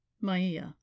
Maya